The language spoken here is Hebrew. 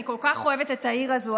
אני כל כך אוהבת את העיר הזו,